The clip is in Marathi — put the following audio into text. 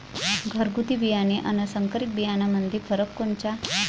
घरगुती बियाणे अन संकरीत बियाणामंदी फरक कोनचा?